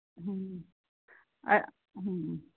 ಹ್ಞೂಂ ಹ್ಞೂಂ